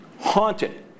haunted